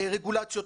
רגולציות,